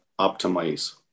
optimize